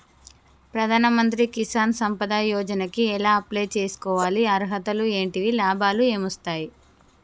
ప్రధాన మంత్రి కిసాన్ సంపద యోజన కి ఎలా అప్లయ్ చేసుకోవాలి? అర్హతలు ఏంటివి? లాభాలు ఏమొస్తాయి?